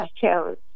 challenge